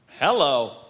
Hello